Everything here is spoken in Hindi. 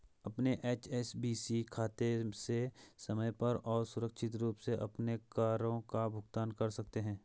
अपने एच.एस.बी.सी खाते से समय पर और सुरक्षित रूप से अपने करों का भुगतान कर सकते हैं